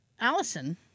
Allison